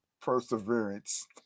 perseverance